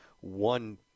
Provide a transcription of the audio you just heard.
one